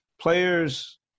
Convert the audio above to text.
players